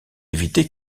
éviter